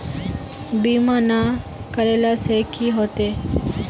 बीमा ना करेला से की होते?